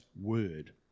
word